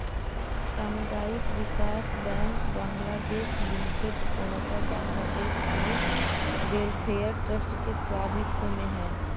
सामुदायिक विकास bank Bangladesh limited पूर्णतः बांग्लादेश पुलिस वेलफेयर ट्रस्ट के स्वामित्व में है